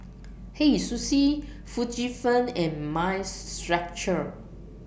Hei Sushi Fujifilm and Mind Stretcher